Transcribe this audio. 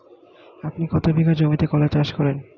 আপনি কত বিঘা জমিতে কলা চাষ করেন?